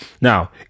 Now